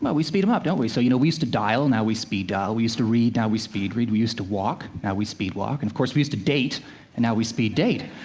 we speed them up, don't we? so you know we used to dial now we speed dial. we used to read now we speed read. we used to walk now we speed walk. and of course, we used to date and now we speed date.